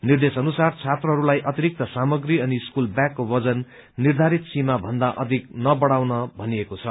निर्देश अनुसार छात्रहरूलाई अतिरिक्त सामग्री अनि स्कूल ब्यागको वजन निर्धारित सीमा भन्दा अधिक नबढ़ाउन भनिएको छ